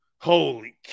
Holy